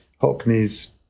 Hockney's